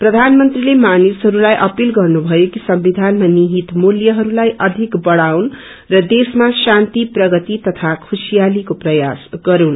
प्रधानमंत्रीले मानिसहरूलाई अपील गर्नुभयो कि संविधानमा निहित मूल्यहरूलाई अघि बढ़ाउन् र देशमा शान्ति प्रगति तथा खुशियालीको प्रयास गरून्